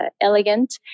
elegant